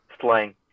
slang